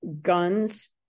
guns